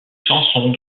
chansons